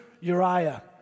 Uriah